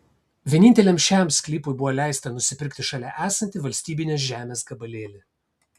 vieninteliam šiam sklypui buvo leista nusipirkti šalia esantį valstybinės žemės gabalėlį